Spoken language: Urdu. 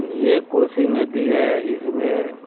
یہ کوشی ندی ہے اس میں